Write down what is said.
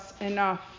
enough